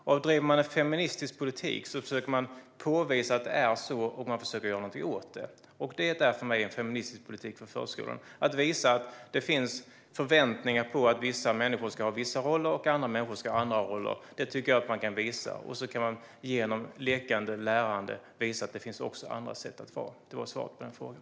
Om man driver en feministisk politik försöker man påvisa att det är på det sättet, och man försöker göra något åt det. För mig är feministisk politik för förskolan att visa att det finns förväntningar på att vissa människor ska ha vissa roller och att andra människor ska ha andra roller. Det tycker jag att man kan visa, och genom lekande lärande kan man visa att det också finns andra sätt att vara på. Det var svaret på frågan.